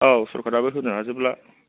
औ सरखाराबो होनो हाजोबला